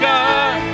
God